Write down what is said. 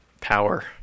power